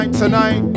tonight